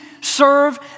serve